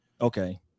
Okay